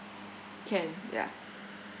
can yeah